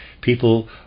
people